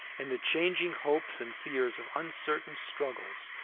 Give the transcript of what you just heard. in the changing hopes and fears of uncertain struggles,